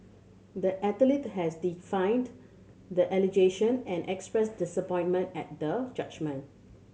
the athlete has defined the allegation and expressed disappointment at the judgment